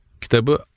Kitabı